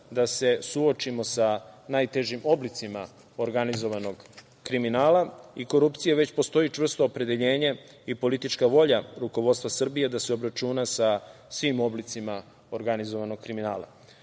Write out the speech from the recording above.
da se sučimo sa najtežim oblicima organizovanog kriminala i korupcije, već postoji čvrsto opredeljenje i politička volja rukovodstva Srbije da se obračuna sa svim oblicima organizovanog kriminala. Najnovija